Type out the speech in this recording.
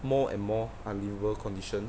more and more unliveable condition